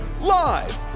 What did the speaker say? live